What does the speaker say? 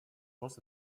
fuss